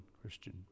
Christian